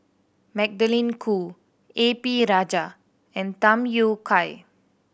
Magdalene Khoo A P Rajah and Tham Yui Kai